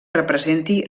representi